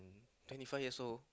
twenty five years old